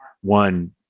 one